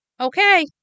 Okay